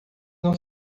não